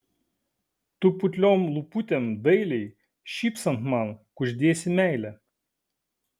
tu putliom lūputėm dailiai šypsant man kuždėsi meilę